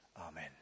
Amen